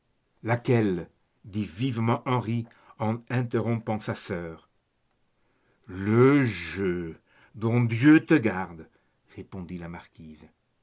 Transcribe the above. laquelle dit vivement henri en interrompant sa sœur le jeu dont dieu te garde répondit la marquise